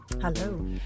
Hello